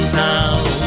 town